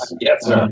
Yes